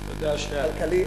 כלכלי,